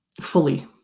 fully